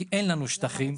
כי אין לנו שטחים.